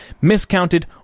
miscounted